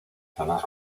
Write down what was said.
zonas